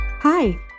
Hi